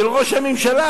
של ראש הממשלה.